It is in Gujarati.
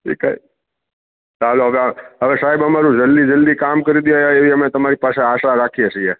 એ કાઇ હાલો હવે સાહેબ અમારું જલ્દી જલ્દી કામ કરી દ્યો યાર એ તમારી પાછ્ડ આશા રાખીએ છીએ